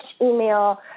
email